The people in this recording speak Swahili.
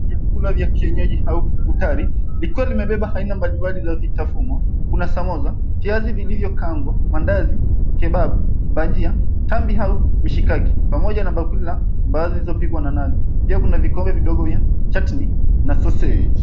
Vyakula vya kienyeji au futari likiwa limebeba aina mbalimbali ya vitafunwa. Kuna samosa, viazi vilivyokaangwa, mandazi, kebab, bajia, tambi au mishikaki pamoja na bakuli la mbaazi zilizopikwa na nazi pia kuna vikombe vidogo vya chatni na sausage .